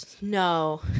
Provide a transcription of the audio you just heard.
No